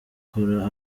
kora